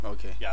Okay